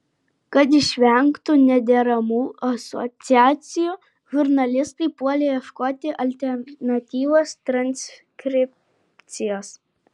kad išvengtų nederamų asociacijų žurnalistai puolė ieškoti alternatyvios transkripcijos